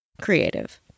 Creative